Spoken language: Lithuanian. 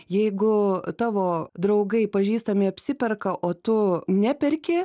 jeigu tavo draugai pažįstami apsiperka o tu neperki